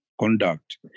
conduct